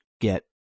get